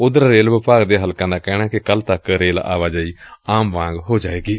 ਉਧਰ ਰੇਲ ਵਿਭਾਗ ਦੇ ਹਲਕਿਆਂ ਦਾ ਕਹਿਣੈ ਕਿ ਕੱਲ੍ਹ ਤੱਕ ਰਹੇ ਆਵਾਜਾਈ ਆਮ ਵਾਂਗ ਹੋ ਜਾਏਗੀ